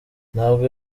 ntabwo